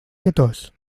lletós